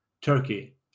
Turkey